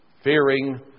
fearing